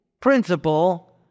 principle